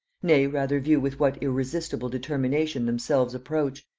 nay, rather view with what irresistible determination themselves approach,